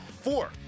Four